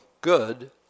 good